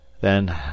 Then